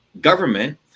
government